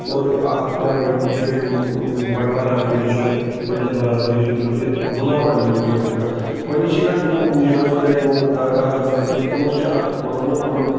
اور اکھ یِم چھِ یِم بَٹہٕ بَرادٔری چھِ پَنڈِتھ بَرادٔری چھِ تِم چھِ بُلاوان یِمَن چیٖزَن پٮ۪ٹھ گۄڈنِچی کَتھ یِمو پوٗجَہو سۭتۍ یا یِمو درگاہ گژھنہٕ سۭتۍ یِمو سۭتۍ چھِ اَکھ مطلب نہ پَنُن